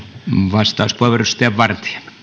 arvoisa puhemies